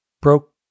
broke